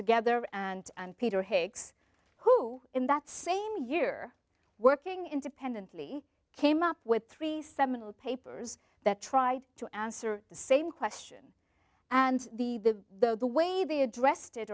together and and peter higgs who in that same year working independently came up with three seminal papers that tried to answer the same question and the the the the way they addressed it